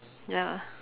ya